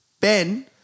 Ben